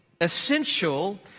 essential